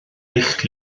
eich